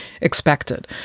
expected